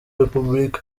repubulika